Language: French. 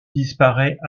disparait